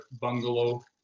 bungalow